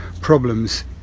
problems